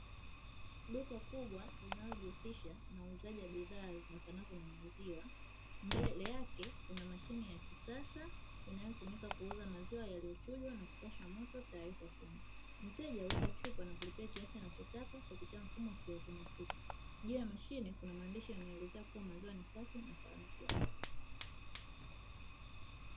Duka kubwa linalojihusisha na uuzaji wa bidhaa zitokanazao na maziwa, mbele yake kuna mashine ya kisasa inayotumika kuuza maziwa yaliyochujwa na kupashwa moto, tayari kwa kunywa. Mteja huweka chupa na kulipia kiasi anachotaka kupitia mfumo wa kiautomatiki. Juu ya mashine kuna maandishi yanayoelezea kuwa maziwa ni safi na salama kiafya.